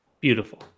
Beautiful